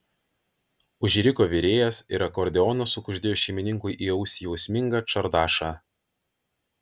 užriko virėjas ir akordeonas sukuždėjo šeimininkui į ausį jausmingą čardašą